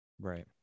right